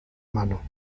mano